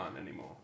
anymore